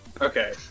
Okay